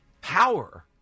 Power